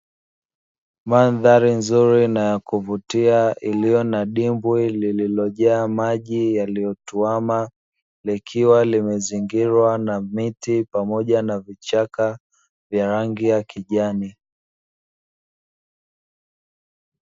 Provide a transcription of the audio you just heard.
Mandhari nzuri na yakuvutia iliyo na dimbwi lililojaa maji yaliyotuama, likiwa limezingirwa na miti pamoja na vichaka vya rangi ya kijani.